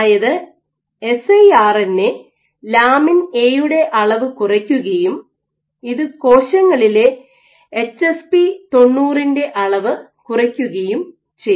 അതായത് siRNA lamin A യുടെ അളവ് കുറയ്ക്കുകയും ഇത് കോശങ്ങളിലെ HSP90 ന്റെ അളവ് കുറയ്ക്കുകയും ചെയ്യുന്നു